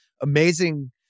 amazing